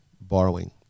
borrowing